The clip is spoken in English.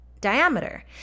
diameter